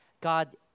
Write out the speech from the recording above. God